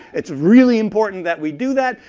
it's really important that we do that.